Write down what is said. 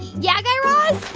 yeah, guy raz? ah,